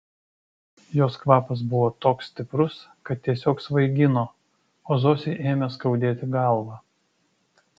jos kvapas buvo toks stiprus kad tiesiog svaigino o zosei ėmė skaudėti galvą